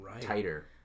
tighter